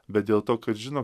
bet dėl to kad žino